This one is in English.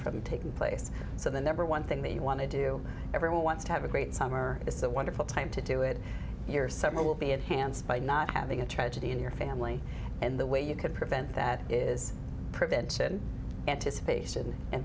from taking place so the number one thing that you want to do everyone wants to have a great summer it's a wonderful time to do it yourself or will be it hands by not having a tragedy in your family and the way you can prevent that is prevention anticipation and